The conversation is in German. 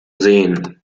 sehen